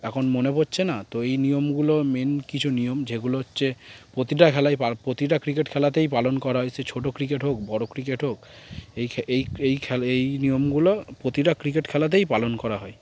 এখন মনে পড়ছে না তো এই নিয়মগুলো মেন কিছু নিয়ম যেগুলো হচ্ছে প্রতিটা খেলায় প্রতিটা ক্রিকেট খেলাতেই পালন করা হয় সে ছোটো ক্রিকেট হোক বড়ো ক্রিকেট হোক এই এই এই খেলা এই নিয়মগুলো প্রতিটা ক্রিকেট খেলাতেই পালন করা হয়